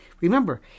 remember